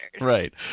Right